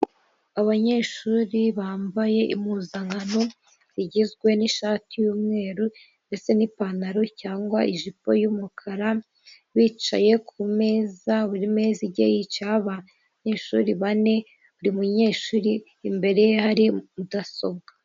Abanyeshuri bambaye impuzankano igizwe n'ishati y'umweru ndetse n'ipantaro cyangwa ijipo y'umukara bicaye ku meza buri mezi igihe yicayeho abanyeshuri bane buri munyeshuri imbere ye hari mudasobwa.